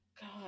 God